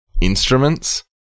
instruments